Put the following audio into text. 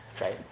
Right